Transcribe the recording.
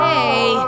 Hey